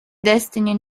destiny